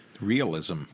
Realism